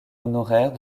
honoraire